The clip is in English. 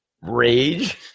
rage